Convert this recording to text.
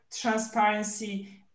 transparency